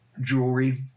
jewelry –